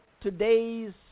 today's